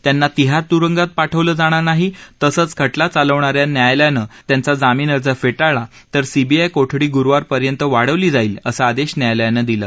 त्यांना तिहार त्रुंगात पाठवलं जाणार नाही तसंच खटला चालवणाऱ्या न्यायालयानं त्यांचा जामीन अर्ज फेटाळला तर सीबीआय कोठडी गुरुवारपर्यंत वाढवली जाईल असा आदेश न्यायालयानं दिला